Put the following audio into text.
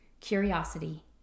curiosity